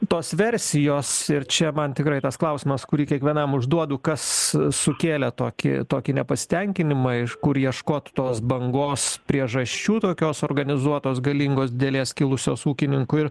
tos versijos ir čia man tikrai tas klausimas kurį kiekvienam užduodu kas sukėlė tokį tokį nepasitenkinimą iš kur ieškot tos bangos priežasčių tokios organizuotos galingos didelės kilusios ūkininkų ir